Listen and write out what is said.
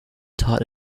taught